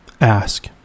Ask